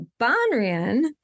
Banrian